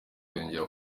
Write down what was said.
yongera